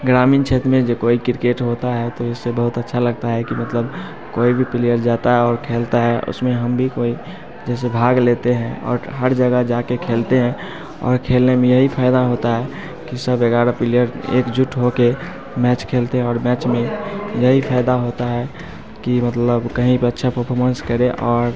ग्रामीण क्षेत्र में जो कोई क्रिकेट होता है तो इससे बहुत अच्छा लगता है कि मतलब कोई भी प्लेयर जाता है और खेलता है उसमें हम भी कोई जैसे भाग लेते हैं और हर जगह जाकर खेलते हैं और खेलने में यही फ़ायदा होता है कि सब ग्यारह प्लेयर एकजुट होकर मैच खेलते हैं और मैच में यही फ़ायदा होता है कि मतलब कहीं बच्चा परफॉर्मेंस करें और